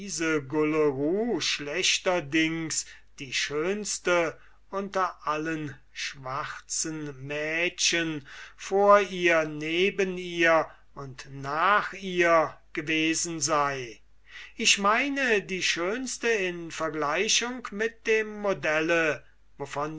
schlechterdings die schönste unter allen schwarzen mädchen vor ihr neben ihr und nach ihr gewesen sei ich meine die schönste in vergleichung mit dem modelle